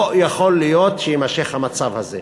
לא יכול להיות שיימשך המצב הזה.